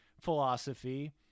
philosophy